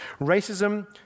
racism